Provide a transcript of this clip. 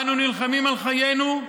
אנו נלחמים על חיינו,